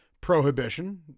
prohibition